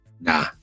nah